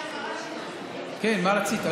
מה רצית?